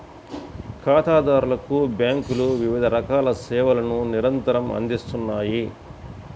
ఖాతాదారులకు బ్యేంకులు వివిధ రకాల సేవలను నిరంతరం అందిత్తన్నాయి